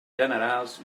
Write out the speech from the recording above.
generals